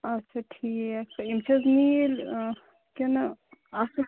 آچھا ٹھیٖک یِم چھا حظ نیٖل اۭں کِنہٕ